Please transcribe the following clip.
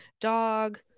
dog